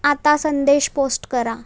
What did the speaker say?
आता संदेश पोस्ट करा